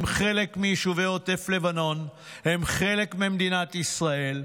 הם חלק מיישובי עוטף לבנון, הם חלק ממדינת ישראל.